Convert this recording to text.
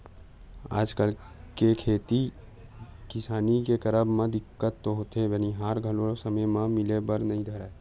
आजकल खेती किसानी के करब म दिक्कत तो होथे बनिहार घलो समे म मिले बर नइ धरय